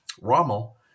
Rommel